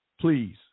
Please